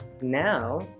now